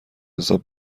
حساب